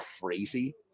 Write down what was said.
crazy